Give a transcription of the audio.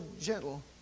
gentle